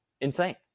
insane